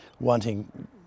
wanting